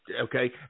Okay